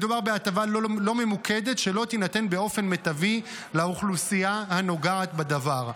מדובר בהטבה לא ממוקדת שלא תינתן באופן מיטבי לאוכלוסייה הנוגעת בדבר.